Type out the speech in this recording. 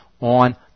on